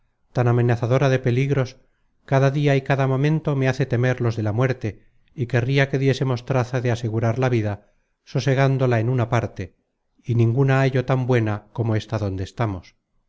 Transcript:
tan amenazadora de peligros cada dia y cada momento me hace temer los de la muerte y querria que diésemos traza de asegurar la vida sosegándola en una parte y ninguna hallo tan buena como ésta donde estamos